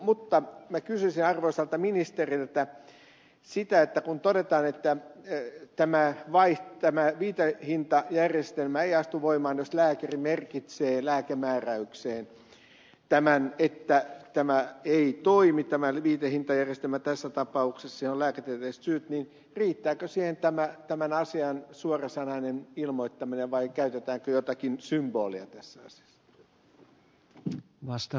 mutta minä kysyisin arvoisalta ministeriltä kun todetaan että tämä viitehintajärjestelmä ei astu voimaan jos lääkäri merkitsee lääkemääräykseen että viitehintajärjestelmä ei toimi tässä tapauksessa siihen on lääketieteelliset syyt niin riittääkö tämän asian suorasanainen ilmoittaminen vai käytetäänkö jotakin symbolia tässä asiassa